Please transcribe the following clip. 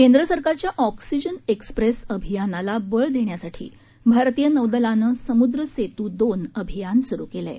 केंद्रसरकारच्या oxygen express अभियानाला बळ देण्यासाठी भारतीय नौदलानं सम्द्र सेत् दोन अभियान स्रु केलं आहे